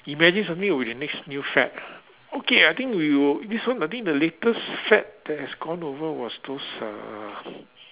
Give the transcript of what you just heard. imagine something with the next new fad okay I think we will this one I think the latest fad that has gone over was those uh